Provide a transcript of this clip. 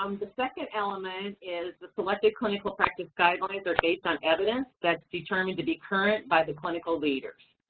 um the second element is the selected clinical practice guidelines are based on evidence that is determined to be current by the clinical leaders.